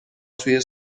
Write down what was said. توی